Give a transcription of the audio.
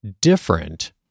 different